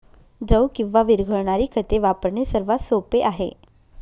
द्रव किंवा विरघळणारी खते वापरणे सर्वात सोपे आहे